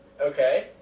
Okay